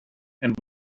and